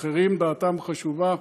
אחרים, דעתם חשובה,